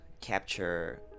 capture